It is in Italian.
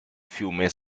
fiume